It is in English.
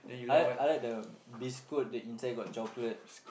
I I like the biscuit that inside got chocolate